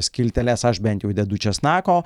skilteles aš bent jau dedu česnako